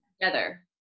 together